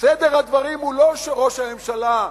סדר הדברים הוא לא שראש הממשלה,